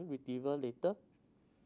deliver later